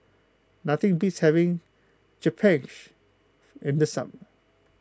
nothing beats having Japchae in the summer